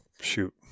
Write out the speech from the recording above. shoot